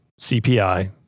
CPI